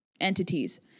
entities